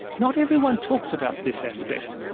not everyone talks about this aspect,